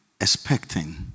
expecting